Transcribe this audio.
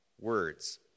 words